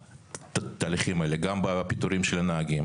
תהליכים האלה גם בפיטורים של הנהגים